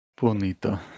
bonita